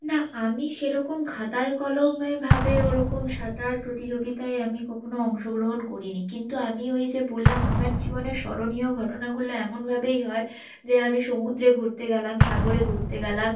না আমি সেরকম খাতায় কলমে ভাবে ওরকম সাঁতার প্রতিযোগিতায় আমি কখনও অংশগ্রহণ করিনি কিন্তু আমি ওই যে বললাম আমার জীবনে স্মরণীয় ঘটনাগুলো এমনভাবেই হয় যে আমি সমুদ্রে ঘুরতে গেলাম সাগরে ঘুরতে গেলাম